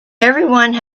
everyone